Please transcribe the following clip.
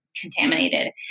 contaminated